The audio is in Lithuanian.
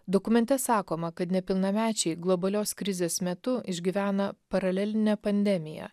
dokumente sakoma kad nepilnamečiai globalios krizės metu išgyvena paralelinę pandemiją